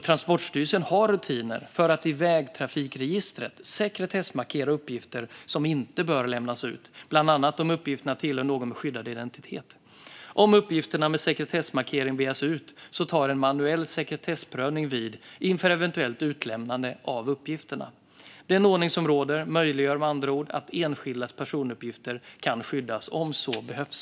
Transportstyrelsen har rutiner för att i vägtrafikregistret sekretessmarkera uppgifter som inte bör lämnas ut, bland annat om uppgifterna tillhör någon med skyddad identitet. Om uppgifter med sekretessmarkering begärs ut tar en manuell sekretessprövning vid inför eventuellt utlämnande av uppgifterna. Den ordning som råder möjliggör med andra ord att enskildas personuppgifter kan skyddas om så behövs.